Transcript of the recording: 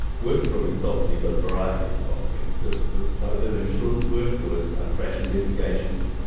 working for a consultancy got a variety of things. this it was quite a bit of insurance work. there was crash investigations.